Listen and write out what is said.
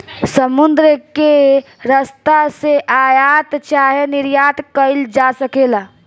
समुद्र के रस्ता से आयात चाहे निर्यात कईल जा सकेला